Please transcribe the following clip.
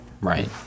Right